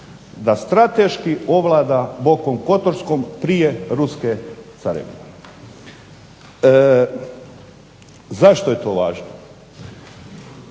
da strateški ovlada Bokom Kotorskom prije ruske carevine. Zašto je to važno?